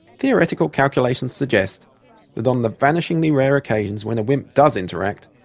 theoretical calculations suggest that on the vanishingly rare occasions when a wimp does interact,